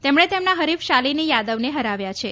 તેમણે તેમના હરીફ શાલીની યાદવને હરાવ્યા છે